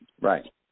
Right